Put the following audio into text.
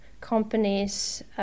companies